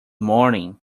morning